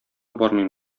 бармыйм